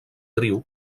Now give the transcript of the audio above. trio